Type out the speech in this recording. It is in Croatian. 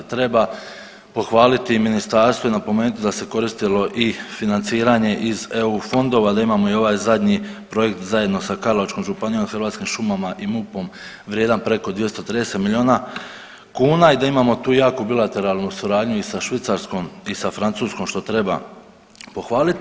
Treba pohvaliti i ministarstvo i napomenuti da se koristilo i financiranje iz EU fondova da imao i ovaj zadnji projekt zajedno sa Karlovačkom županijom, Hrvatskim šumama i MUP-om vrijedan preko 230 milina kuna i da imamo tu jaku bilateralnu suradnju i sa Švicarskom i sa Francuskom što treba pohvaliti.